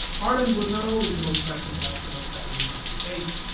ireland was not always the most pressing question or problem that they faced.